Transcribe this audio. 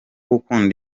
gukunda